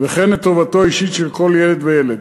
וכן את טובתו האישית של כל ילד וילד.